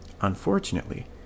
Unfortunately